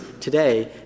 today